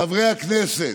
חברי הכנסת: